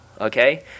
okay